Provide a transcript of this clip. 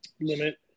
limit